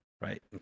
right